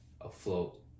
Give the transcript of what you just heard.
afloat